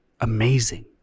amazing